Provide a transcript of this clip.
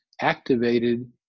activated